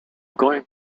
going